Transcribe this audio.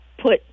put